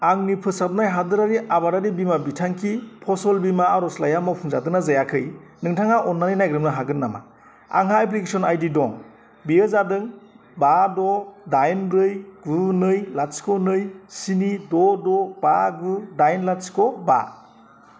आंनि फोसाबनाय हादोरारि आबादारि बिमा बिथांखि फसल बीमा आर'जलाइया मावफुंजादों ना जायाखै नोंथाङा अननानै नायग्रोबनो हागोन नामा आंहा एप्लिकेसन आइडि दं बेयो जादों बा द' दाइन ब्रै गु नै लाथिख' नै स्नि द' द' बा गु दाइन लाथिख' बा